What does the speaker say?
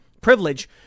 privilege